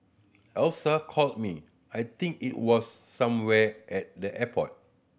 Alyssa called me I think it was somewhere at the airport